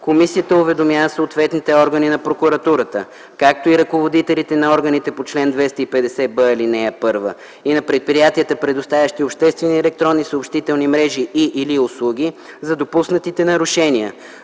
Комисията уведомява съответните органи на прокуратурата, както и ръководителите на органите по чл. 250б, ал. 1 и на предприятията, предоставящи обществени електронни съобщителни мрежи и/или услуги за допуснатите нарушения.